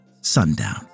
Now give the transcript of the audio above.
Sundown